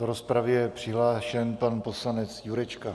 Do rozpravy je přihlášen pan poslanec Jurečka.